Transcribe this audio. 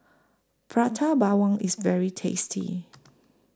Prata Bawang IS very tasty